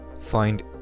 Find